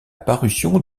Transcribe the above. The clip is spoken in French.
parution